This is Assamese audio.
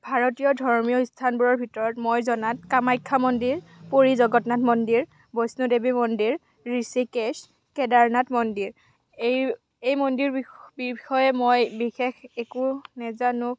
ভাৰতীয় ধৰ্মীয় ইস্থানবোৰৰ ভিতৰত মই জনাত কামাখ্যা মন্দিৰ পুৰী জগন্নাথ মন্দিৰ বৈষ্ণু দেৱী মন্দিৰ ঋষিকেশ কেদাৰনাথ মন্দিৰ এই এই মন্দিৰ বিষয়ে মই বিশেষ একো নেজানো